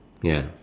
ya